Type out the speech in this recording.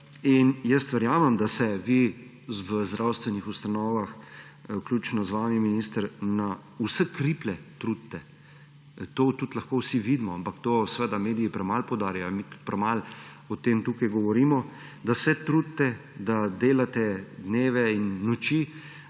Jaz verjamem, da se vi v zdravstvenih ustanovah, vključno z vami, minister, na vse kriplje trudite. To tudi lahko vsi vidimo, ampak to seveda mediji premalo poudarjajo, premalo o tem tukaj govorimo, da se trudite, da delate dneve in noči,